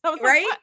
Right